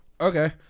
Okay